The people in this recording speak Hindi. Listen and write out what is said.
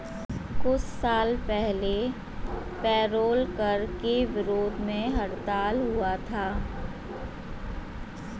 कुछ साल पहले पेरोल कर के विरोध में हड़ताल हुआ था